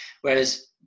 whereas